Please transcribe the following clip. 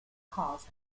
cause